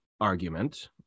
argument